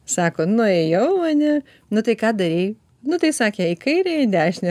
sako nuėjau ane nu tai ką darei nu tai sakė į kairę į dešinę